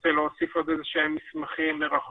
ירצה להוסיף עוד איזה שהם מסמכים מרחוק,